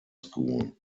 school